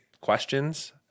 questions